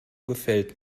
gefällt